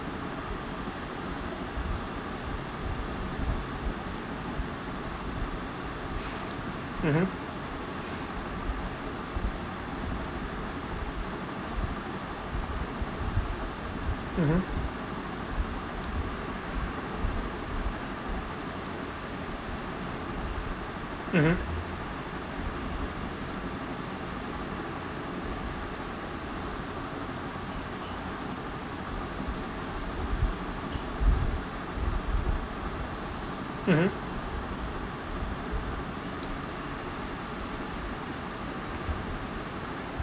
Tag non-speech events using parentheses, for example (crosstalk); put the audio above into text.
(breath) mmhmm mmhmm mmhmm mmhmm